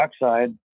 dioxide